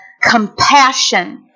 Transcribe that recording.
compassion